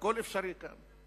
הכול אפשרי כאן.